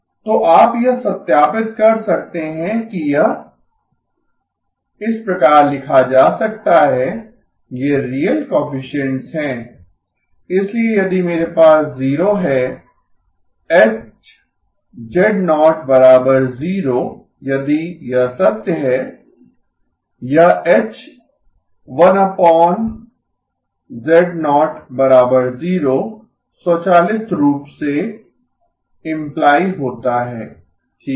तो आप यह सत्यापित कर सकते हैं कि यह इस प्रकार लिखा जा सकता है ये रियल कोएफिसिएंट्स हैं इसलिए यदि मेरे पास 0 है H 0 यदि यह सत्य है यह H 1 z00 स्वचालित रूप से इम्प्लाइ होता है ठीक है